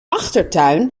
achtertuin